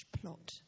plot